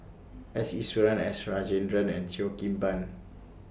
S Iswaran S Rajendran and Cheo Kim Ban